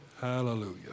Hallelujah